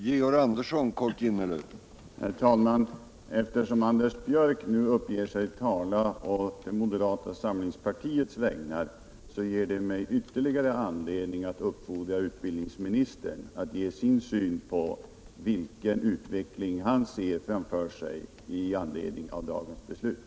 Herr talman! Eftersom Anders Björck nu uppger sig tala å moderata samlingspartiets vägnar, ger det mig ytterligare anledning att uppfordra utbildningsministern att ge sin syn på den utveckling som han ser framför sig med anledning av dagens beslut.